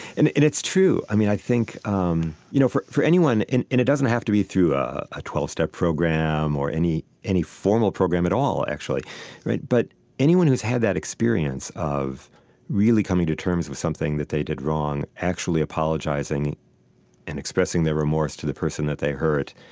and it's true. i think um you know for for anyone and and it doesn't have to be through a twelve step program or any any formal program at all, actually but anyone who's had that experience of really coming to terms with something that they did wrong, actually apologizing and expressing their remorse to the person that they hurt,